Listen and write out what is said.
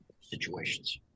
situations